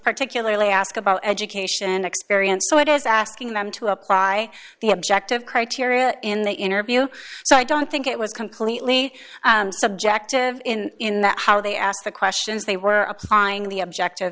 particularly ask about education experience so it is asking them to apply the objective criteria in the interview so i don't think it was completely subjective in that how they asked the questions they were applying the objective